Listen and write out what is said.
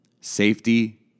safety